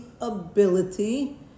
ability